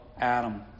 Adam